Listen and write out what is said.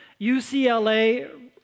UCLA